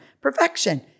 perfection